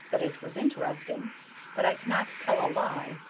that it was interesting but i cannot tell a lie,